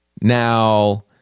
Now